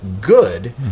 good